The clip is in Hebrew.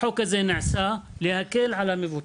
החוק הזה נעשה להקל על המבוטח.